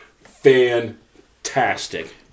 fantastic